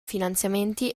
finanziamenti